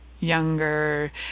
younger